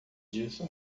disso